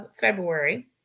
February